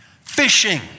Fishing